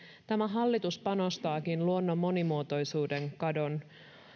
tämä hallitus panostaakin luonnon monimuotoisuuden kadon